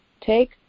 take